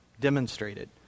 demonstrated